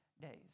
days